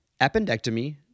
appendectomy